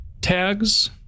tags